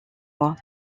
mois